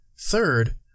Third